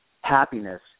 happiness